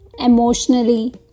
emotionally